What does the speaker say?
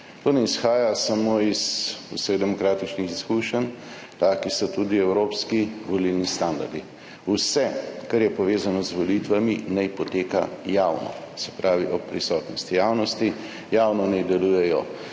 To ne izhaja samo iz vseh demokratičnih izkušenj, taki so tudi evropski volilni standardi – vse, kar je povezano z volitvami, naj poteka javno, se pravi ob prisotnosti javnosti, javno naj delujejo